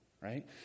right